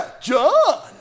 John